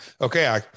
okay